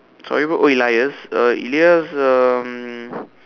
sorry bro oh Elias uh Elias um